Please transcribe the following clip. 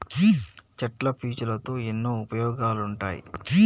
చెట్ల పీచులతో ఎన్నో ఉపయోగాలు ఉంటాయి